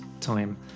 time